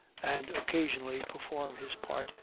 and occasionally perform his part,